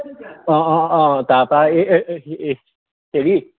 অঁ অঁ অঁ তাৰপৰা এই হেৰি